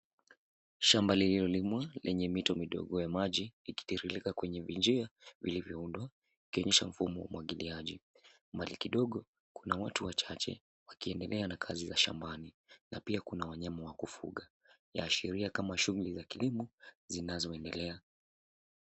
Shamba lililolimwa lenye mito midogo ya maji ikitiririka kwenye vinjia vilivyoundwa ikionyesha mfumo wa umwagiliaji. Mbali kidogo, kuna watu wachache wakiendelea na kazi za shambani. Na pia kuna wanyama wa kufuga. Yaashiria kama shughuli za kilimo zinazoendelea.